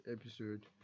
episode